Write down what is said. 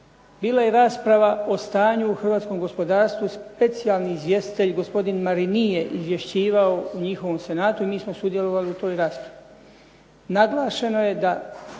Bila je rasprava o stanju u hrvatskom gospodarstvu i specijalni izvjestitelj gospodin Marini je izvješćivao u njihovom Senatu i mi smo sudjelovali u toj raspravi. Naglašeno je da